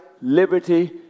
liberty